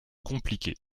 compliquée